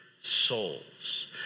souls